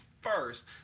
first